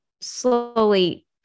slowly